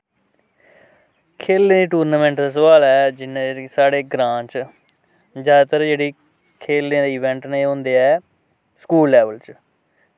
खेलें दी टूर्नामेंट जिन्ने च कि साढ़े ग्रांऽ च जादैतर जेह्ड़े खेलें दे इवैंट होंदे ऐ स्कूल लेवल च